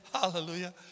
Hallelujah